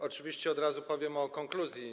Oczywiście od razu powiem o konkluzji.